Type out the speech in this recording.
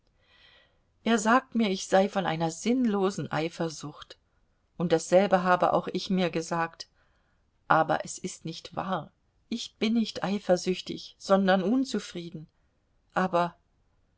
er sagt mir ich sei von einer sinnlosen eifersucht und dasselbe habe auch ich mir gesagt aber es ist nicht wahr ich bin nicht eifersüchtig sondern unzufrieden aber